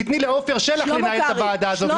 תיתני לעפר שלח לנהל את הוועדה הזאת,